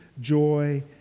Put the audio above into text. joy